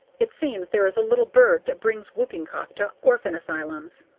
it seems there is a little bird that brings whooping cough to orphan asylums.